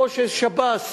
או ששב"ס,